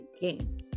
game